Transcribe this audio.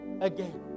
again